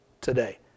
today